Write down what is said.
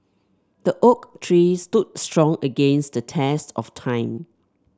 the oak tree stood strong against the test of time